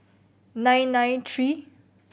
nine nine tree